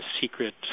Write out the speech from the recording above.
secret